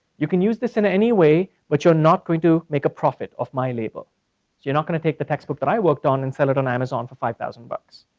you can use this in any way, but you're not going to make a profit off my label. so you're not gonna take the textbook that i worked on and sell it on amazon for five thousand bucks.